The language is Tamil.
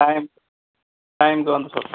டைம் டைம்க்கு வந்து